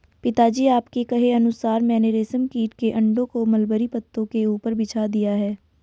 पिताजी आपके कहे अनुसार मैंने रेशम कीट के अंडों को मलबरी पत्तों के ऊपर बिछा दिया है